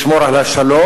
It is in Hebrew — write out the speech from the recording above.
לשמור על השלום,